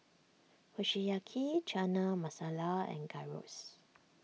Kushiyaki Chana Masala and Gyros